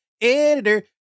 Editor